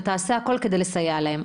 ותעשה הכל כדי לסייע להם.